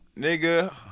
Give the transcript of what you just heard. nigga